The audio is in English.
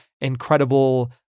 incredible